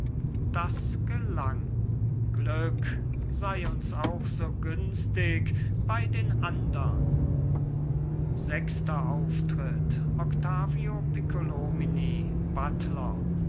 das gelang glück sei uns auch so günstig bei den andern sechster auftritt octavio piccolomini buttler